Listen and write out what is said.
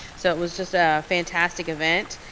so it was just a fantastic event.